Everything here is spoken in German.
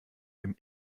dem